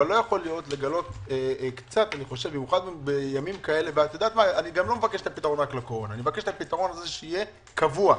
אבל במיוחד בימים כאלה ואני מבקש שהפתרון הזה יהיה קבוע,